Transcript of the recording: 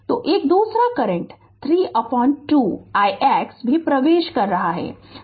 तो एक दूसरा करंट 32 ix भी प्रवेश कर रहा है